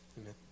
amen